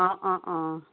অঁ অঁ অঁ